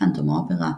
"פנטום האופרה",